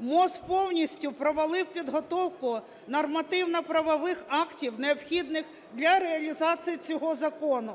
МОЗ повністю провалив підготовку нормативно-правових актів, необхідних для реалізації цього закону.